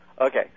Okay